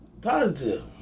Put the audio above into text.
Positive